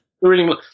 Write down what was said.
reading